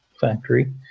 factory